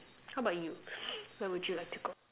how about you where would you like to go